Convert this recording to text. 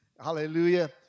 hallelujah